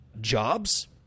jobs